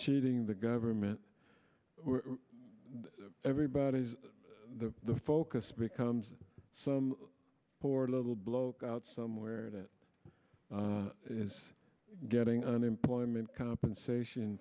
cheating the government everybody the focus becomes some poor little bloke out somewhere that is getting unemployment compensation